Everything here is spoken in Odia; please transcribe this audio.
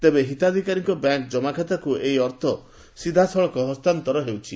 ତେବେ ହିତାଧିକାରୀଙ୍କ ବ୍ୟାଙ୍କ ଜମାଖାତାକୁ ଏହି ଅର୍ଥ ସିଧାସଳଖ ହସ୍ତାନ୍ତର ହେଉଛି